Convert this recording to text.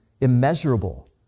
immeasurable